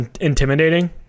intimidating